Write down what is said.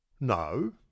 no